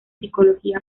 psicología